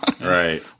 Right